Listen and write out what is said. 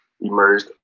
emerged